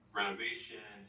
renovation